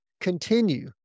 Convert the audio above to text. continue